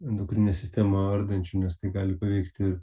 endokrininę sistemą ardančių nes tai gali paveikti